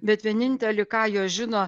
bet vienintelį ką jos žino